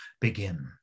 begin